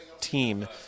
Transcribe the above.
team